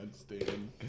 stand